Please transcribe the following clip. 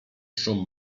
szum